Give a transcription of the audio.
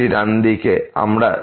এটি ডানদিকে আমরা